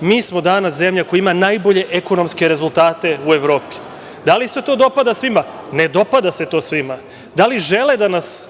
Mi smo danas zemlja koja ima najbolje ekonomske rezultate u Evropi. Da li se to dopada svima? Ne dopada se to svima. Da li žele da nas